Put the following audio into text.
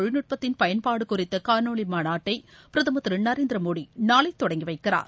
தொழில்நுட்பத்தின் பயன்பாடு குறித்த காணொலி மாநாட்டை பிரதமர் திரு நரேந்திர மோடி நாளை தொடங்கி வைக்கிறார்